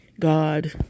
God